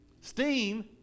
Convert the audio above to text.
Steam